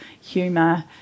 humour